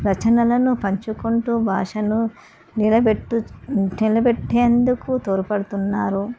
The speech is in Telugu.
రచనలను పంచుకుంటూ భాషను నిలబెట్టు నిలబెట్టేందుకు తోడ్పడుతున్నారు